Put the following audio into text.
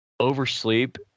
Oversleep